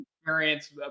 experience